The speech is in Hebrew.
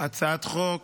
הצעת חוק